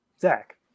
Zach